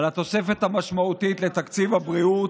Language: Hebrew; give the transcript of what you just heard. על התוספת המשמעותית לתקציב הבריאות,